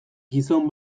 gizon